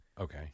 Okay